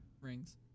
Rings